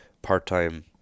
part-time